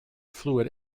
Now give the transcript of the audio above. fluid